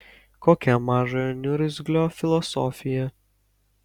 kokia mažojo niurzglio filosofija